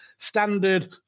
Standard